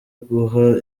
guha